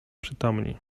przytomni